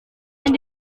yang